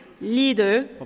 leader